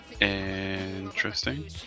Interesting